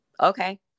Okay